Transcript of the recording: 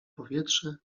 powietrze